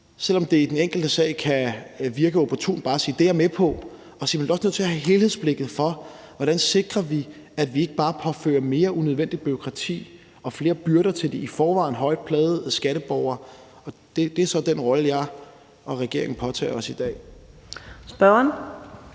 selv om det i den enkelte sag kan virke opportunt bare at sige, at det er jeg med på, er vi også nødt til at have helhedsblikket for, hvordan vi sikrer, at vi ikke bare påfører mere unødvendigt bureaukrati og flere byrder til de i forvejen højt plagede skatteborgere. Det er så den rolle, jeg og regeringen påtager os i dag. Kl.